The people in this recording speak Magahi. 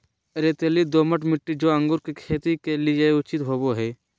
रेतीली, दोमट मिट्टी, जो अंगूर की खेती के लिए उचित होवो हइ